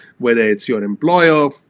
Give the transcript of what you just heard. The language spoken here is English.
whether it's your employer.